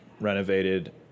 renovated